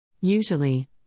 Usually